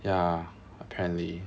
ya apparently